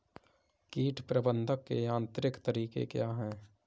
कीट प्रबंधक के यांत्रिक तरीके क्या हैं?